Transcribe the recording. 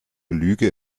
lüge